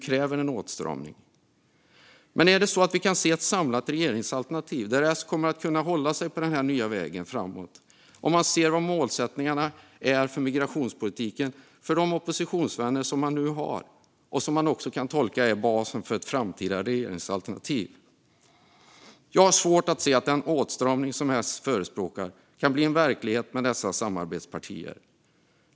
Kan vi se ett samlat regeringsalternativ där S kommer att kunna hålla sig på denna nya väg framåt när vi vet vad målsättningarna för migrationspolitiken är hos de oppositionsvänner de har och som vi kan tolka är basen för ett framtida regeringsalternativ? Jag har svårt att se att den åtstramning som S förespråkar kan bli verklighet med dessa samarbetspartier.